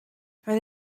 roedd